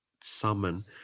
summon